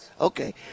Okay